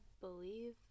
believe